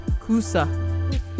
Kusa